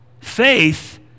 Faith